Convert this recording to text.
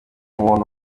umuntu